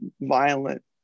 violent